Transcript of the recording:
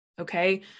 Okay